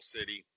City